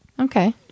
Okay